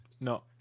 No